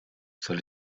soll